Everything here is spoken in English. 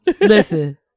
listen